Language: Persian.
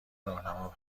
راهنما